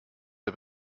der